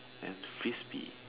and Frisbee